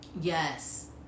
Yes